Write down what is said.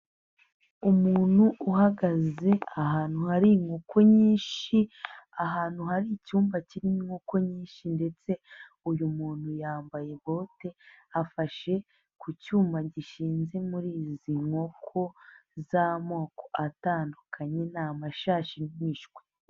Umuntu uhagaze ahantu hari inkoko nyinshi, ahantu hari icyumba kirimo inkoko nyinshi ndetse uyu muntu yambaye bote, afashe ku cyuma gishinze muri izi nkoko z'amoko atandukanye ni amashashi y'imishwi.